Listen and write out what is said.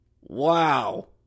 Wow